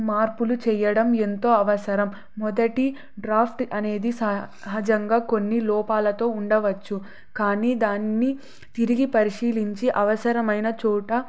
మార్పులు చేయడం ఎంతో అవసరం మొదటి డ్రాఫ్ట్ అనేది సహజంగా కొన్ని లోపాలతో ఉండవచ్చు కానీ దాన్ని తిరిగి పరిశీలించి అవసరమైన చోట